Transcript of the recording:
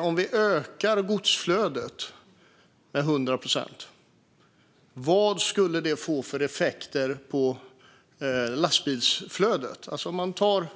Om vi ökar godsflödet med 100 procent, vad skulle det få för effekter på lastbilsflödet? Om vi tar